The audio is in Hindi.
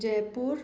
जयपुर